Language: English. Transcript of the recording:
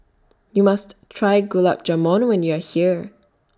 YOU must Try Gulab Jamun when YOU Are here